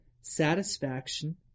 Satisfaction